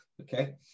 Okay